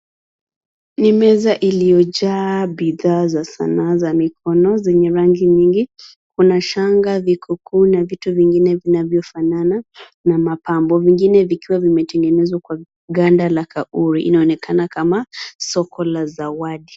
Ni meza iliyojaa sanaa za mikono zenye rangi mingi. Kuna shanga, vikuku na vitu vingine vinavyofanana na mapambo, vingine vikiwa vimetengenezwa kwa ganda la kauri. Inaonekana kama soko la zawadi.